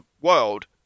world